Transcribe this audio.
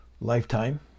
Lifetime